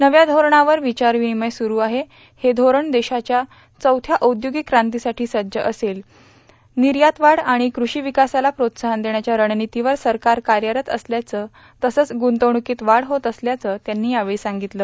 नव्या धोरणावर विचारविनिमय सुरू असून हे धोरण देशाला चौथ्या औद्योगिक कांतीसाठी सज्ज करेल निर्यात वाढ आणि कृषी विकासाला प्रोत्साहन देण्याच्या रणनितीवर सरकार कार्यरत असल्याची तसंच ग्रंतवणुकीत वाढ होत असल्याची माहिती त्यांनी यावेळी दिली